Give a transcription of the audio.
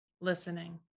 listening